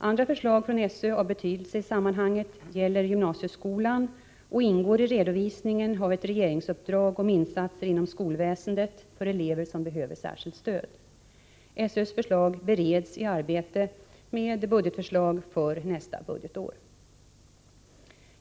Andra förslag från SÖ av betydelse i sammanhanget gäller gymnasieskolan och ingår i redovisningen av ett regeringsuppdrag om insatser inom skolväsendet för elever som behöver särskilt stöd. SÖ:s förslag bereds i arbetet med budgetförslag för nästa budgetår.